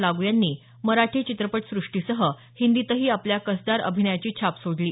लागू यांनी मराठी चित्रपटसृष्टीसह हिंदीतही आपल्या कसदार अभिनयाची छाप सोडली